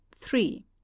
Three